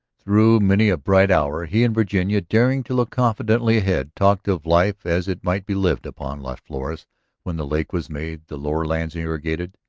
through many a bright hour he and virginia, daring to look confidently ahead, talked of life as it might be lived upon las flores when the lake was made, the lower lands irrigated,